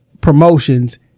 promotions